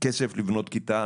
כסף לבנות כיתה,